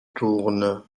tourne